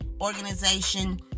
organization